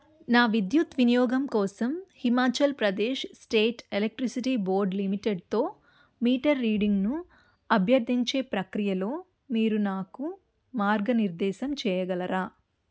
నా విద్యుత్ వినియోగం కోసం Himachal Pradesh state electricity board లిమిటెడ్తో మీటర్ రీడింగ్ను అభ్యర్థించే ప్రక్రియలో మీరు నాకు మార్గనిర్దేశం చేయగలరా